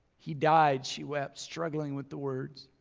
he died. she wept struggling with the words.